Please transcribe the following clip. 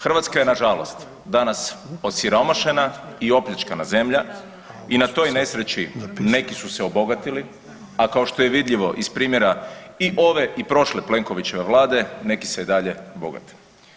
Hrvatska je nažalost danas osiromašena i opljačkana zemlja i na toj nesreći neki su se obogatili, a kao što je vidljivo iz primjera i ove i prošle Plenkovićeve Vlade, neki se i dalje bogate.